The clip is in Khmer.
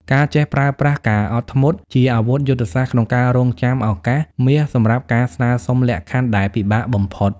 ការចេះប្រើប្រាស់ "ការអត់ធ្មត់" ជាអាវុធយុទ្ធសាស្ត្រក្នុងការរង់ចាំឱកាសមាសសម្រាប់ការស្នើសុំលក្ខខណ្ឌដែលពិបាកបំផុត។